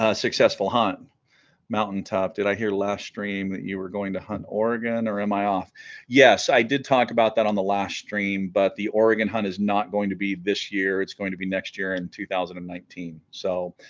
ah successful hunt mountaintop did i hear last stream that you were going to hunt oregon or am i off yes i did talk about that on the last stream but the oregon hunt is not going to be this year it's going to be next year in two thousand and nineteen so